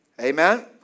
Amen